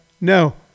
No